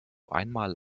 einmal